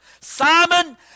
Simon